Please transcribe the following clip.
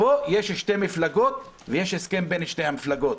פה יש שתי מפלגות ויש הסכם בין שתי המפלגות.